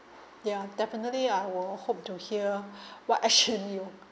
ya definitely I will hope to hear what action you